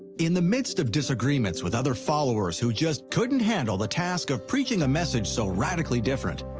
in the midst of disagreements with other followers who just couldn't handle the task of preaching a message so radically different,